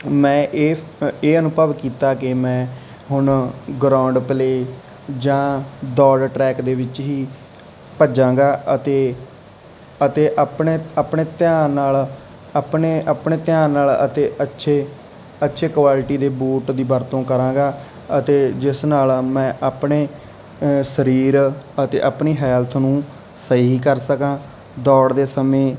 ਮੈਂ ਇਹ ਫ ਇਹ ਅਨੁਭਵ ਕੀਤਾ ਕਿ ਮੈਂ ਹੁਣ ਗਰਾਊਂਡ ਪਲੇ ਜਾਂ ਦੌੜ ਟਰੈਕ ਦੇ ਵਿੱਚ ਹੀ ਭੱਜਾਂਗਾ ਅਤੇ ਅਤੇ ਆਪਣੇ ਆਪਣੇ ਧਿਆਨ ਨਾਲ ਆਪਣੇ ਆਪਣੇ ਧਿਆਨ ਨਾਲ ਅਤੇ ਅੱਛੇ ਅੱਛੇ ਕੁਆਲਿਟੀ ਦੇ ਬੂਟ ਦੀ ਵਰਤੋਂ ਕਰਾਂਗਾ ਅਤੇ ਜਿਸ ਨਾਲ ਮੈਂ ਆਪਣੇ ਅ ਸਰੀਰ ਅਤੇ ਆਪਣੀ ਹੈਲਥ ਨੂੰ ਸਹੀ ਕਰ ਸਕਾਂ ਦੌੜਦੇ ਸਮੇਂ